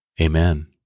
Amen